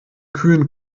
kühlen